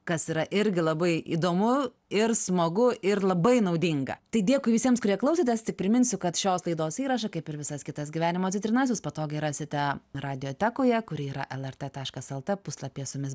kas yra irgi labai įdomu ir smagu ir labai naudinga tai dėkui visiems kurie klausotės tik priminsiu kad šios laidos įrašą kaip ir visas kitas gyvenimo citrinas jūs patogiai rasite radio tekoje kuri yra lrt taškas lt puslapyje su jumis